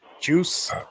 juice